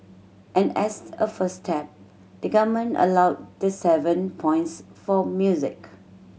and as a first step the Government allowed the seven points for music